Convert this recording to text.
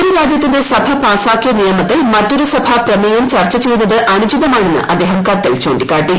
ഒരു രാജ്യത്തിന്റെ സഭ പാസ്റ്റാക്കിയ നിയമത്തിൽ മറ്റൊരു സഭ പ്രമേയം ചർച്ച ചെയ്യുന്നത് അനുചിതമാണെന്ന് അദ്ദേഹം കത്തിൽ ചൂണ്ടിക്കാട്ടി